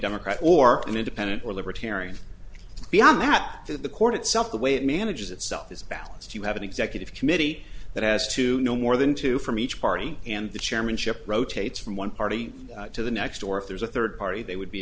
democrat or an independent or libertarian beyond that to the court itself the way it manages itself is balanced you have an executive committee that has to know more than two from each party and the chairmanship rotates from one party to the next or if there's a third party they would be